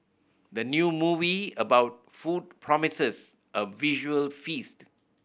the new movie about food promises a visual feast